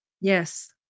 Yes